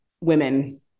women